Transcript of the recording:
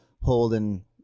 holding